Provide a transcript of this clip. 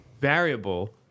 variable